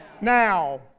Now